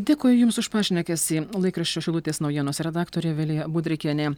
dėkui jums už pašnekesį laikraščio šilutės naujienos redaktorė vilija budrikienė